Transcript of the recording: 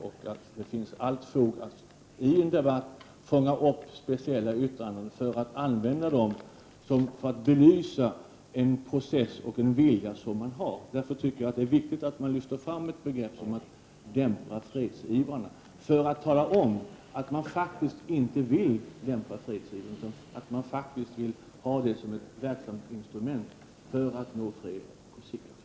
Jag tycker det finns allt fog att i en debatt fånga upp speciella yttranden för att använda dem för att belysa en process och en vilja som man har. Därför tycker jag det är viktigt att lyfta fram ett begrepp som att dämpa fredsivrarna för att tala om att man faktiskt inte vill dämpa fredsivrarna, utan att man faktiskt vill ha dem som ett verksamt instrument för att få fred och säkerhet.